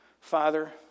Father